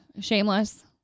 Shameless